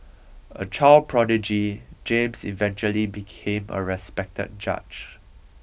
a child prodigy James eventually became a respected judge